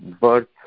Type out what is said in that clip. birth